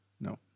No